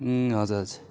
हजुर हजुर